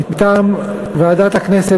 מטעם ועדת הכנסת,